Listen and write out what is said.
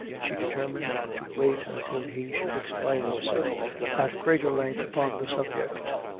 she determined to wait until he should explain himself at greater length upon the subject.